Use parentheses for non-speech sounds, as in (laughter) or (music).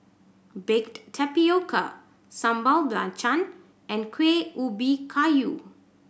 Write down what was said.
baked tapioca sambal (unintelligible) and Kueh Ubi Kayu